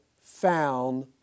found